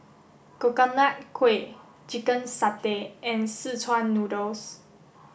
Coconut Kuih chicken satay and Szechuan noodles